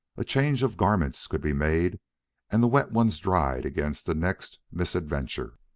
a change of garments could be made and the wet ones dried against the next misadventure.